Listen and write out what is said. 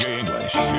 English